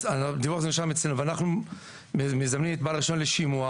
אז הדיווח הזה נרשם אצלנו ואנחנו מזמנים את בעל הרישיון לשימוע,